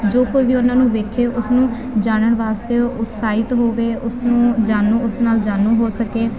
ਜੋ ਕੋਈ ਵੀ ਉਹਨਾਂ ਨੂੰ ਵੇਖੇ ਉਸਨੂੰ ਜਾਣਨ ਵਾਸਤੇ ਉਤਸਾਹਿਤ ਹੋਵੇ ਉਸਨੂੰ ਜਾਣੋ ਉਸ ਨਾਲ ਜਾਣੂ ਹੋ ਸਕੇ